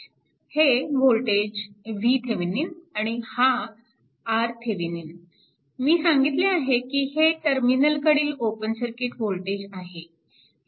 हे voltage VThevenin आणि हा RThevenin मी सांगितले आहे की हे टर्मिनलकडील ओपन सर्किट वोल्टेज आहे